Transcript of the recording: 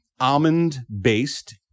almond-based